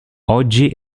oggi